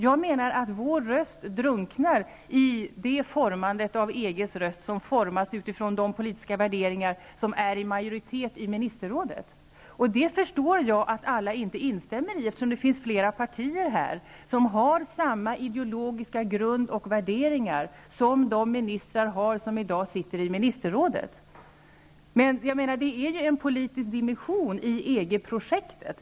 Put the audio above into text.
Jag menar att vår röst drunknar i formandet av EG:s röst, som i sin tur formas utifrån de politiska värderingar som är i majoritet i ministerrådet. Jag förstår att inte alla instämmer i det. Det finns ju flera partier här som har samma ideologiska grund och värderingar som de ministrar har som i dag sitter med i ministerrådet. Jag menar att det finns en politisk dimension i EG projektet.